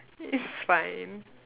it's fine